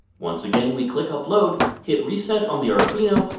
once again we click upload, hit reset on the arduino,